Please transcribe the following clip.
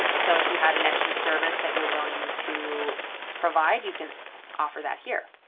so if you had an extra service that you're willing to provide, you can offer that here.